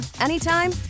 anytime